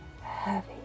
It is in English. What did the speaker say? heavy